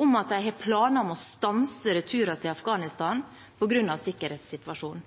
om at de har planer om å stanse returer til Afghanistan på grunn av sikkerhetssituasjonen,